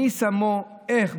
מי שמו, איך?